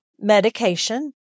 medication